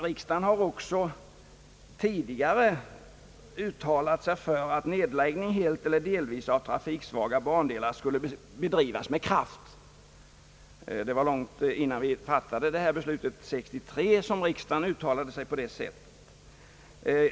Riksdagen har också tidigare uttalat sig för att nedläggning helt eller delvis av trafiksvaga bandelar skulle bedrivas med kraft; det uttalandet gjordes långt innan vi fattade beslutet 1963.